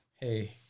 Hey